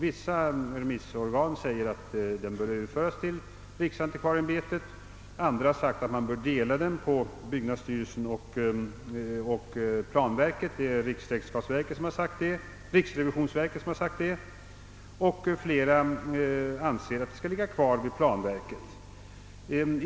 Vissa remissorgan säger, att byrån bör överföras till riksantikvarieämbetet. Andra har sagt, att man bör dela den på byggnadsstyrelsen och planverket — det är riksrevisionsverket som har sagt detta — och flera anser att den skall ligga kvar vid planverket.